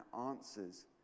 answers